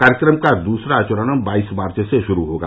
कार्यक्रम का दूसरा चरण बाईस मार्च से शुरू होगा